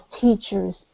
teachers